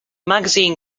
magazine